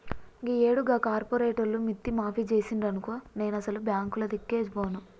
గీయేడు గా కార్పోరేటోళ్లు మిత్తి మాఫి జేసిండ్రనుకో నేనసలు బాంకులదిక్కే బోను